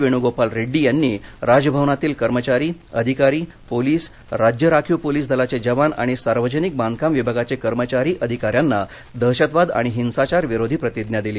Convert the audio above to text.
वेणूगोपाल रेड्डी यांनी राजभवनातील कर्मचारी अधिकारी पोलीस राज्य राखीव पोलीस दलाचे जवान आणि सार्वजनिक बांधकाम विभागाचे कर्मचारी अधिकाऱ्यांना दहशतवाद आणि हिंसाचार विरोधी प्रतिज्ञा दिली